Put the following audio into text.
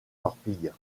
torpilles